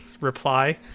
reply